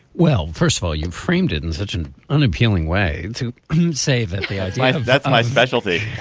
well, first of all, you framed it in such an unappealing way to say that the eyes light up that's my specialty.